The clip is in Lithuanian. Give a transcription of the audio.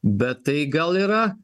bet tai gal yra